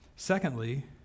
Secondly